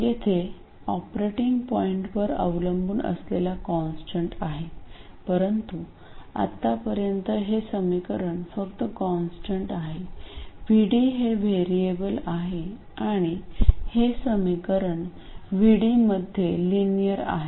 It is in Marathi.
येथे ऑपरेटिंग पॉईंटवर अवलंबून असलेला कॉन्स्टंट आहे परंतु आतापर्यंत हे समीकरण फक्त कॉन्स्टंट आहे VD हे व्हेरिएबल आहे आणि हे समीकरण VD मध्ये लिनियर आहे